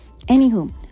anywho